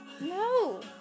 No